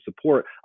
support